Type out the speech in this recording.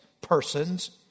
persons